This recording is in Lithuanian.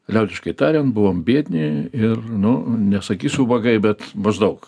liaudiškai tariant buvom biedni ir nu nesakysiu ubagai bet maždaug